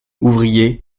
ouvriers